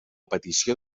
petició